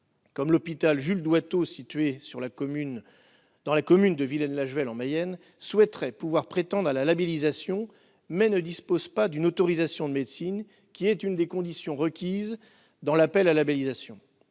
comme l'hôpital Jules-Doitteau à Villaines-la-Juhel en Mayenne, souhaiteraient pouvoir prétendre à la labellisation, mais ne disposent pas d'une autorisation de médecine, qui est une des conditions requises par l'appel à labellisation.